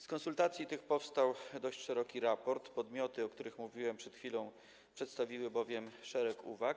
Z konsultacji tych powstał dość szeroki raport, bowiem podmioty, o których mówiłem przed chwilą, przedstawiły szereg uwag.